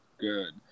good